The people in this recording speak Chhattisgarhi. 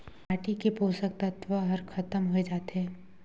माटी के पोसक तत्व हर खतम होए जाथे